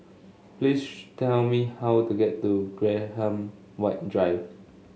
please tell me how to get to Graham White Drive